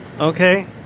Okay